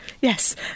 Yes